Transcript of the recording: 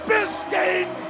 Biscayne